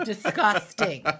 Disgusting